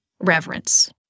Reverence